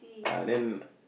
ah then